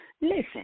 listen